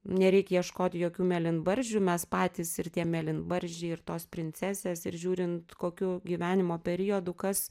nereik ieškot jokių mėlynbarzdžių mes patys ir tie mėlynbarzdžiai ir tos princesės ir žiūrint kokiu gyvenimo periodu kas